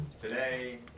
Today